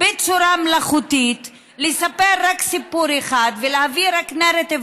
בצורה מלאכותית לספר רק סיפור אחד ולהביא רק נרטיב